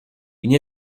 une